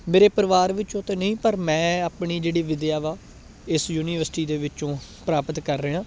ਮੇਰੇ ਪਰਿਵਾਰ ਵਿੱਚੋਂ ਤਾਂ ਨਹੀਂ ਪਰ ਮੈਂ ਆਪਣੀ ਜਿਹੜੀ ਵਿੱਦਿਆ ਵਾ ਇਸ ਯੂਨੀਵਰਸਿਟੀ ਦੇ ਵਿੱਚੋਂ ਪ੍ਰਾਪਤ ਕਰ ਰਿਹਾ